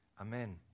Amen